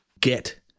get